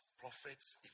Prophets